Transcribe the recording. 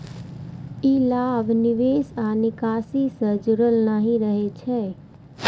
ई लाभ निवेश आ निकासी सं जुड़ल नहि रहै छै